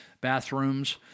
Bathrooms